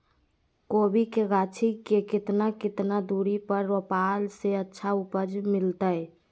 कोबी के गाछी के कितना कितना दूरी पर रोपला से अच्छा उपज मिलतैय?